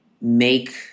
make